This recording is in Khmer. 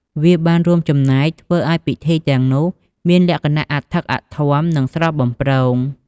វាបានរួមចំណែកធ្វើឲ្យពិធីទាំងនោះមានលក្ខណៈអធិកអធម និងស្រស់បំព្រង។